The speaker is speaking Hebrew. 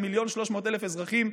ל-1.3 מיליון אזרחים,